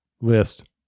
list